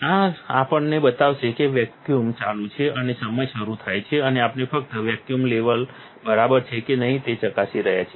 આ આપણને બતાવશે કે વેક્યુમ ચાલુ છે અને સમય શરૂ થાય છે અને આપણે ફક્ત વેક્યૂમ લેવલ બરાબર છે કે નહીં તે ચકાસી રહ્યા છીએ